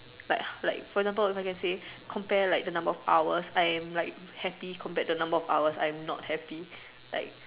like like for example if I can say compare like the number of hours I am like happy compared to the number of hours I am not happy like